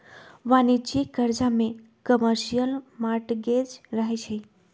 वाणिज्यिक करजा में कमर्शियल मॉर्टगेज रहै छइ